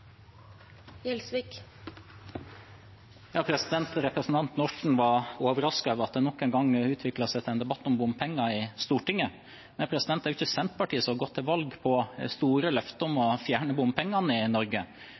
Representanten Orten var overrasket over at debatten i Stortinget nok en gang utviklet seg til en debatt om bompenger. Det er ikke Senterpartiet som har gått til valg på store løfter om å fjerne bompengene i Norge,